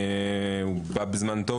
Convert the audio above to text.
הוא בא בזמן טוב,